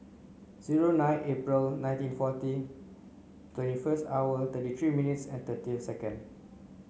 zero nine April nineteen forty twenty first hour thirty three minutes and thirty seconds